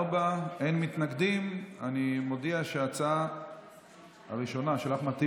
חוק ההוצאה לפועל (תיקון,